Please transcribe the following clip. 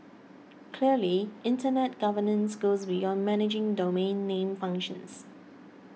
clearly Internet governance goes beyond managing domain name functions